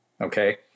Okay